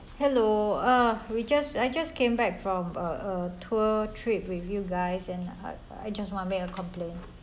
hello uh we just I just came back from uh uh tour trip with you guys and I I just want make a complaint